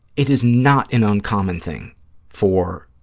it is not an uncommon thing for